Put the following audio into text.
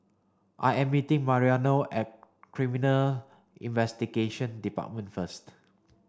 I am meeting Mariano at Criminal Investigation Department first